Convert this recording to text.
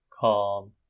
calm